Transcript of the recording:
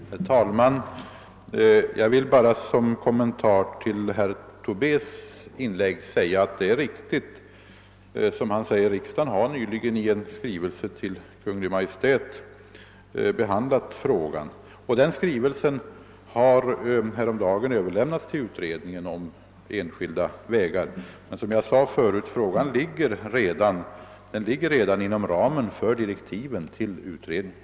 Herr talman! Det är riktigt som herr Tobé säger att riksdagen nyligen i en skrivelse till Kungl. Maj:t har behandlat frågan. Den skrivelsen har häromdagen överlämnats till utredningen om enskilda vägar. Som jag sade förut lig ger frågan emellertid redan inom ramen för direktiven till utredningen.